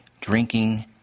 drinking